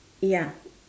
ya